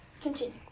Continue